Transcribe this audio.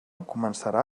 començarà